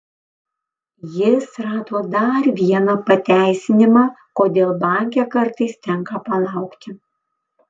jis rado dar vieną pateisinimą kodėl banke kartais tenka palaukti